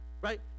right